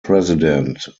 president